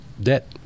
debt